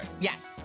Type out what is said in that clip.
Yes